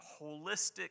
holistic